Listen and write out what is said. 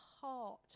heart